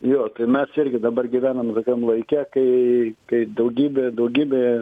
jo tai mes irgi dabar gyvenam tokiam laike kai kai daugybė daugybė